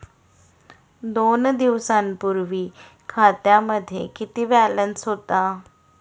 दोन दिवसांपूर्वी खात्यामध्ये किती बॅलन्स होता?